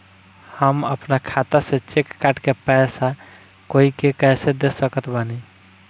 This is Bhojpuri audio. हम अपना खाता से चेक काट के पैसा कोई के कैसे दे सकत बानी?